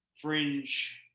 fringe